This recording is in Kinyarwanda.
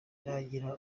ntangira